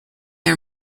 are